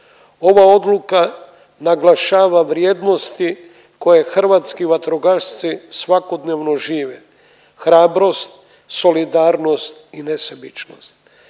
Ova odluka naglašava vrijednosti koje hrvatski vatrogasci svakodnevno žive, hrabrost, solidarnost i nesebičnost.